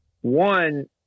one –